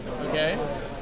okay